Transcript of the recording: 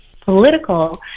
political